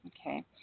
okay